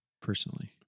personally